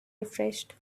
refreshed